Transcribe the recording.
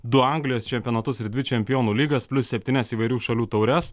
du anglijos čempionatus ir dvi čempionų lygas plius septynias įvairių šalių taures